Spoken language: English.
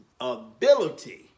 ability